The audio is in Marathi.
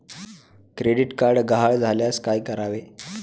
क्रेडिट कार्ड गहाळ झाल्यास काय करावे?